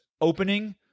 opening